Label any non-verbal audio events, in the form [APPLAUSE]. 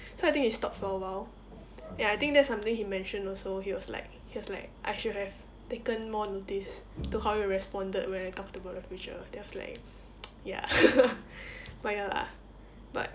so I think he stopped for a while and I think that's something he mentioned also he was like he was like I should have taken more notice to how you responded when I talked about the future then I was like ya [LAUGHS] but ya lah but